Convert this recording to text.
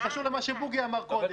זה קשור למה שבוגי אמר קודם.